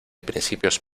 principios